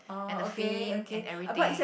and the fin and everything